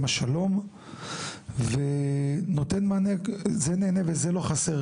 השלום ונותן מענה "זה נהנה וזה לא חסר",